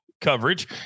coverage